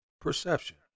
perception